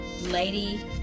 Lady